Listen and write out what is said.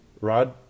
Rod